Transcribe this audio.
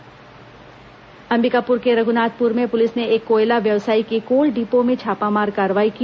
कोयला छापा अंबिकापुर के रघ्नाथपुर में पुलिस ने एक कोयला व्यवसायी के कोल डिपो में छापामार कार्रवाई की